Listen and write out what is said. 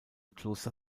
kloster